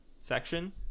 section